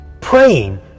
praying